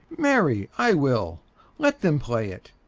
marry, i will let them play it.